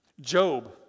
Job